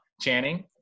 Channing